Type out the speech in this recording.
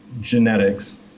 genetics